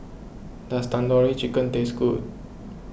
does Tandoori Chicken taste good